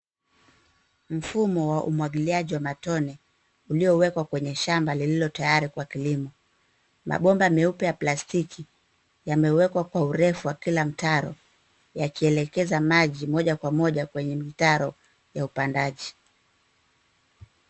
Mfumo wa umwagiliaji wa matone uliowekwa kwenye shamba lililp tayari kwa kilimo. Mabomba meupe ya plastiki yamewekwa kwa urefu wa kila mtaro yakielekeza maji moja kwa moja kwenye mitaro ya upandaji.